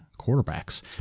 quarterbacks